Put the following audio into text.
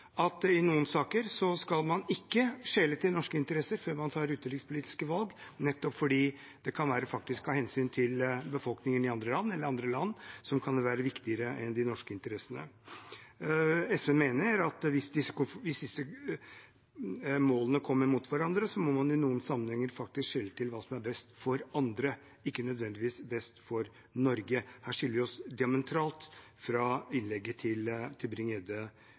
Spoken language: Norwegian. at man i noen saker ikke skal skjele til norske interesser før man tar utenrikspolitiske valg, nettopp fordi hensynet til befolkningen i andre land kan være viktigere enn de norske interessene. SV mener at hvis disse målene står imot hverandre, må man i noen sammenhenger faktisk skjele til hva som er best for andre, ikke nødvendigvis best for Norge. Her skiller vi oss diametralt fra innlegget til